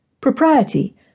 Propriety